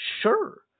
Sure